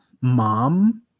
mom